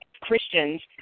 Christians